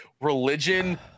religion